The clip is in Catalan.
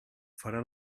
farà